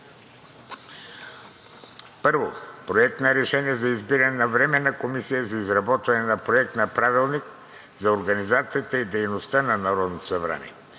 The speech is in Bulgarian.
1. Проект на решение за избиране на Временна комисия за изработване на Проект на правилник за организацията и дейността на